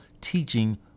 teaching